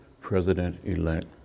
president-elect